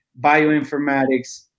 bioinformatics